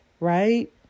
right